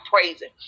praising